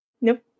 Nope